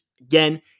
again